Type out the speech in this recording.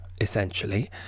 essentially